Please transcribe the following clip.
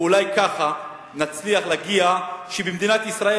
ואולי ככה נצליח להגיע לכך שבמדינת ישראל